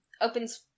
opens